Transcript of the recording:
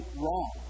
wrong